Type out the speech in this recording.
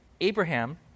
Abraham